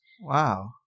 Wow